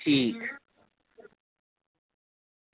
ठीक